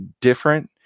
different